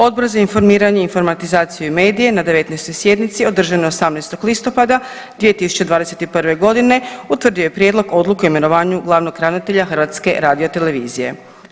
Odbor za informiranje, informatizaciju i medije na 19. sjednici održanoj 18. listopada 2021.g. utvrdio je prijedlog odluke o imenovanju glavnog ravnatelja HRT-a.